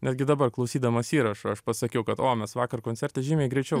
netgi dabar klausydamas įrašo aš pasakiau kad o mes vakar koncerte žymiai greičiau